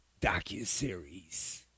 docuseries